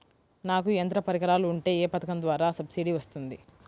నాకు యంత్ర పరికరాలు ఉంటే ఏ పథకం ద్వారా సబ్సిడీ వస్తుంది?